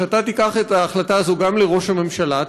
שאתה תיקח את ההחלטה הזאת גם לראש הממשלה,